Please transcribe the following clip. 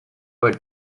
but